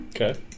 Okay